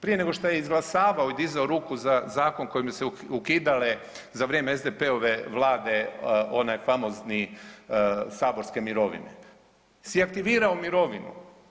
Prije nego što je izglasavao i dizao ruku za zakon kojim su se ukidale za vrijeme SDP-ove Vlade one famozne saborske mirovine, si je aktivirao mirovinu.